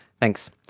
Thanks